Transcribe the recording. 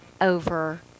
over